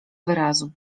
wyrazu